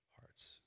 hearts